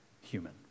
human